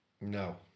no